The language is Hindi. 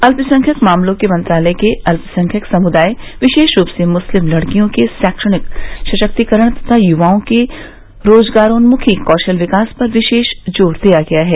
अल्पसंख्यक मामलों के मंत्रालय ने अल्पसंख्यक समुदाय विशेष रूप से मुस्लिम लड़कियों के शैक्षणिक सशक्तिकरण तथा युवाओं के रोजगारोन्मुखी कौशल विकास पर विशेष जोर दिया है